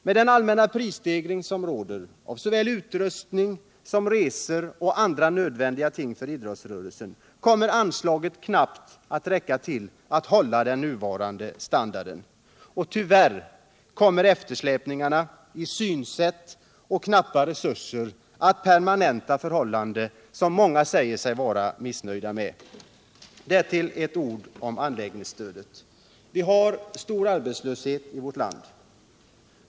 Med den allmänna prisstegringen, såväl på utrustning och resor som på andra nödvändiga ting för idrottsrörelsen, kommer anslaget att knappt räcka till att upprätthålla den nuvarande standarden. Tyvärr kommer eftersläpningarna i synsätt och knappa resurser att permanenta förhållanden som många säger sig vara missnöjda med. Några ord om anläggningsstödet. Vi har en stor arbetslöshet i vårt land.